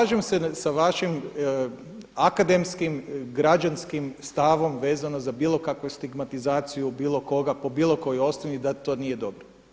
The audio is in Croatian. Slažem se sa vašim akademskim, građanskim stavom vezano za bilo kakvu stigmatizaciju bilo koga, po bilo kojoj osnovi da to nije dobro.